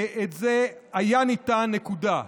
זה היה ניתן, נקודה.